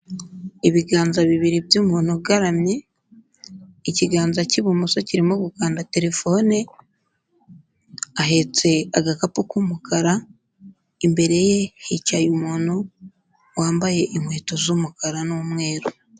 Ibiganza bibiri by'umuntu ugaramye, ikiganza cy'ibumoso kirimo gukanda telefone, ahetse agakapu k'umukara, imbere ye hicaye umuntu wambaye inkweto z'umukara n'umweru.